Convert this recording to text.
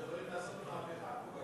אנחנו יכולים לעשות מהפכה,